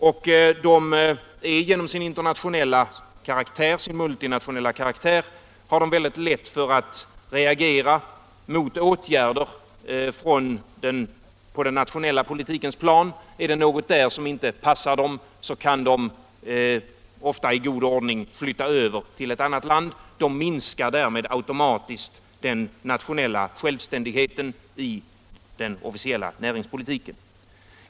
Och genom sin multinationella karaktär har de väldigt lätt att reagera mot åtgärder på den nationella politikens plan. Är det något där som inte passar dem kan de ofta i god ordning flytta över till ett annat land. De minskar därmed automatiskt den nationella självständigheten i den officiella näringspolitiken.